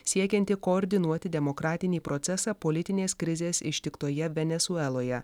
siekianti koordinuoti demokratinį procesą politinės krizės ištiktoje venesueloje